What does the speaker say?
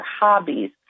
hobbies